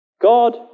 God